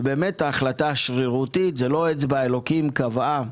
ובאמת ההחלטה שרירותית, זה לא אצבע אלוקים קבעה.